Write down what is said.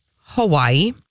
hawaii